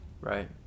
Right